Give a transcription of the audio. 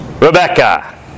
Rebecca